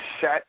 set